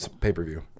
pay-per-view